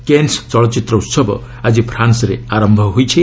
Keynes ଚଳଚ୍ଚିତ୍ର ଉତ୍ସବ ଆଜି ଫ୍ରାନ୍ସରେ ଆରମ୍ଭ ହୋଇଛି